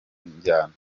njyana